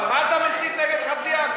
אבל מה אתה מסית נגד חצי עם,